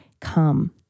come